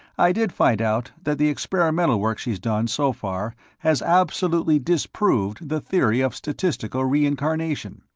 i did find out that the experimental work she's done, so far, has absolutely disproved the theory of statistical reincarnation.